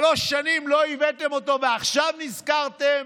שלוש שנים לא הבאתם אותו ועכשיו נזכרתם,